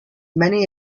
many